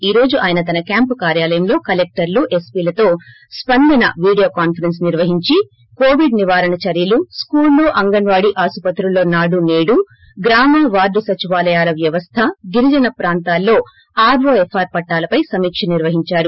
ఈ రోజు ఆయన తన క్యాంపు కార్యాలయంలో కలెక్టర్లు ఎస్పీలతో స్పందనే వీడియో కాన్సరెన్స్ నిర్వహించి కోవిడ్ నివారణ చర్యలు స్కూళ్లు అంగన్వాడి ఆస్పత్రుల్లో నాడు సేదు ేగ్రామ వార్లు సచివాలయాల వ్యవస్థ ేగిరిజన ప్రాంతాల్లో ఆర్వోఎఫ్ఆర్ పట్టాలపై సమీక్ష నిర్వహించారు